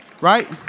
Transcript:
Right